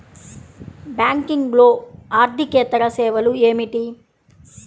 బ్యాంకింగ్లో అర్దికేతర సేవలు ఏమిటీ?